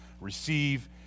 receive